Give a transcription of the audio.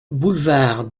boulevard